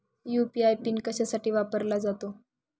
UPI PIN कशासाठी वापरला जातो?